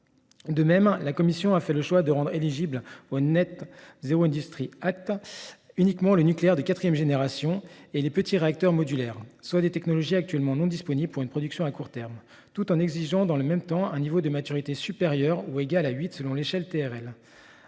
De même, la Commission a fait le choix de ne rendre éligible au NZIA que le nucléaire de quatrième génération et les petits réacteurs modulaires, soit des technologies qui ne sont actuellement pas disponibles pour une production à court terme, tout en exigeant dans le même temps un niveau de maturité supérieur ou égal à 8 selon l’échelle TRL,